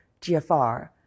GFR